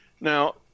Now